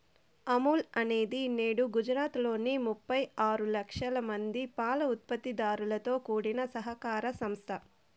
అమూల్ అనేది నేడు గుజరాత్ లోని ముప్పై ఆరు లక్షల మంది పాల ఉత్పత్తి దారులతో కూడిన సహకార సంస్థ